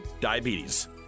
diabetes